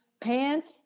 pants